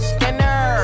Skinner